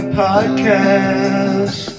podcast